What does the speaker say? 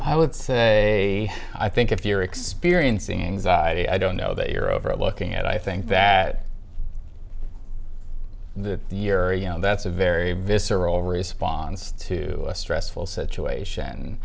i would say a i think if you're experiencing anxiety i don't know that you're over looking at i think that the year you know that's a very visceral response to a stressful situation